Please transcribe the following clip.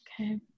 Okay